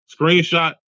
screenshot